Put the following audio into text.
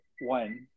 one